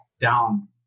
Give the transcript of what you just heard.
down